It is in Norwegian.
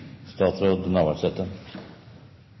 statsråd Navarsete